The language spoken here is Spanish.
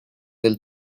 del